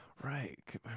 Right